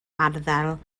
arddel